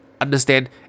understand